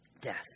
death